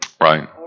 Right